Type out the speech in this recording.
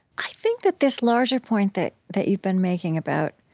i think that this larger point that that you've been making about